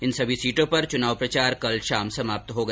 इनसभी सीटों पर चुनाव प्रचार कल शाम समाप्त हो गया